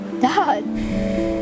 Dad